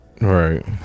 Right